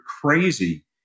crazy